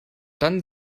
dann